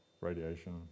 radiation